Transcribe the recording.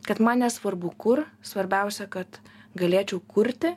kad man nesvarbu kur svarbiausia kad galėčiau kurti